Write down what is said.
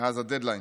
מאז הדדליין,